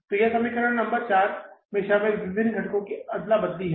तो यह समीकरण नंबर चार में शामिल विभिन्न घटकों की अदला बदली है